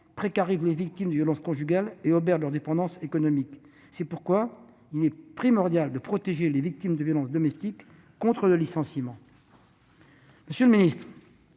précarise les victimes de violences conjugales et obère leur indépendance économique. C'est pourquoi il est primordial de protéger les victimes de violences domestiques contre le licenciement.